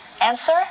Answer